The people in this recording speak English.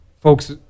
folks